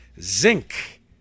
zinc